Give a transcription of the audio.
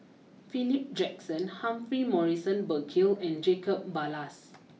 Philip Jackson Humphrey Morrison Burkill and Jacob Ballas